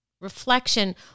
reflection